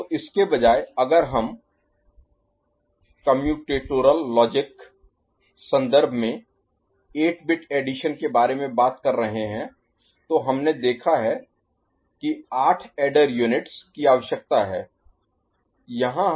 तो इसके बजाय अगर अगर हम कम्यूटेटरल लॉजिक संदर्भ में 8 बिट एडिशन के बारे में बात कर रहे हैं तो हमने देखा है कि आठ ऐडर यूनिट्स Units इकाइयों की आवश्यकता है